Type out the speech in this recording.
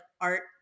art